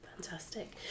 Fantastic